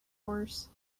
horse